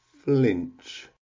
flinch